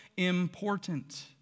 important